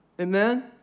Amen